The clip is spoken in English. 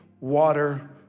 water